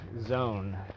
zone